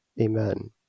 Amen